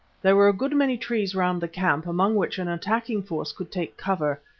there were a good many trees round the camp among which an attacking force could take cover.